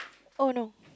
oh no